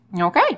Okay